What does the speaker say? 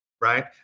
right